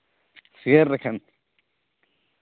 share ᱨᱮᱠᱷᱟᱱ